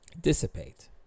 dissipate